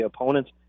opponents